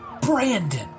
Brandon